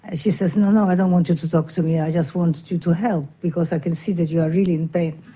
and she said, no, no, i don't want you to talk to me, i just want to to help because i can see that you are really in pain.